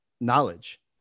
knowledge